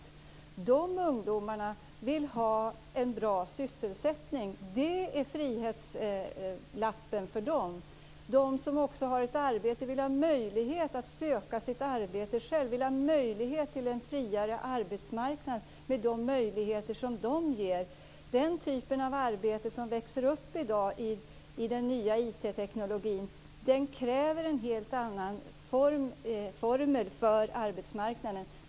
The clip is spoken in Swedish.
Jag kommer från ett av de tre Norrlandslänen där arbetslösheten har ökat. De ungdomar som har ett arbete vill ha möjlighet att söka sitt arbete själva, vill ha möjlighet till en friare arbetsmarknad med de möjligheter som det ger. Den typ av arbete som växer upp i dag med den nya IT-tekniken kräver en helt annan formel för arbetsmarknaden.